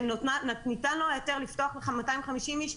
כשניתן לו ההיתר לפתוח 250 איש,